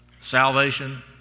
salvation